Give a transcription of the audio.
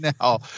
now